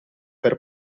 per